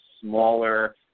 smaller